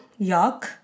yuck